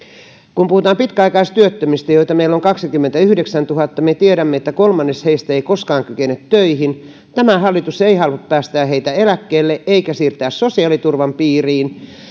kun puhutaan pitkäaikaistyöttömistä joita meillä on kaksikymmentäyhdeksäntuhatta me tiedämme että kolmannes heistä ei koskaan kykene töihin tämä hallitus ei halua päästää heitä eläkkeelle eikä siirtää sosiaaliturvan piiriin